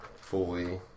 Fully